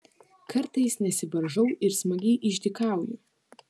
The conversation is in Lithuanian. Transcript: kartais nesivaržau ir smagiai išdykauju